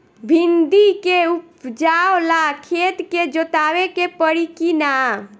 भिंदी के उपजाव ला खेत के जोतावे के परी कि ना?